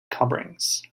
coverings